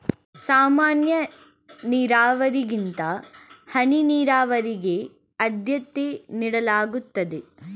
ಸಾಮಾನ್ಯ ನೀರಾವರಿಗಿಂತ ಹನಿ ನೀರಾವರಿಗೆ ಆದ್ಯತೆ ನೀಡಲಾಗುತ್ತದೆ